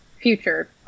future